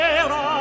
era